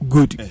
Good